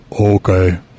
Okay